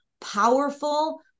powerful